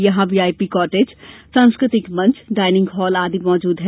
यहां VIP cottage सांस्कृ तिक मंच डाइनिंग हॉल आदि मौजूद है